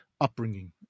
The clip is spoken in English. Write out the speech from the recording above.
upbringing